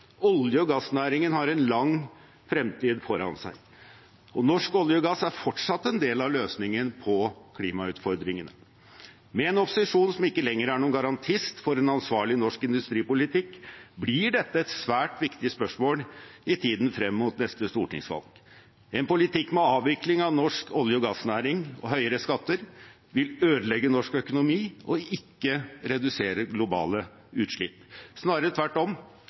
Olje- og gassnæringen har en lang fremtid foran seg, og norsk olje og gass er fortsatt en del av løsningen på klimautfordringene. Med en opposisjon som ikke lenger er noen garantist for en ansvarlig norsk industripolitikk blir dette et svært viktig spørsmål i tiden frem mot neste stortingsvalg. En politikk med avvikling av norsk olje- og gassnæring og høyere skatter vil ødelegge norsk økonomi og ikke redusere globale utslipp. Snarere tvert om,